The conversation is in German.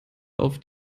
auf